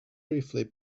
briefly